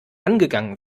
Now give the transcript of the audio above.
angegangen